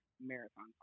marathon